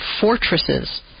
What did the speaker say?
fortresses